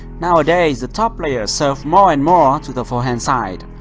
nowadays, the top player serves more and more to the forehand side.